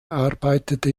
arbeitete